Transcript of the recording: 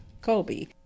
Kobe